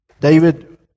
David